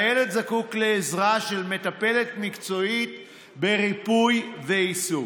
והילד זקוק לעזרה של מטפלת מקצועית בריפוי ועיסוק.